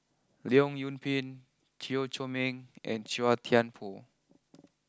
Leong Yoon Pin Chew Chor Meng and Chua Thian Poh